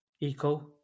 eco